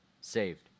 Saved